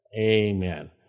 Amen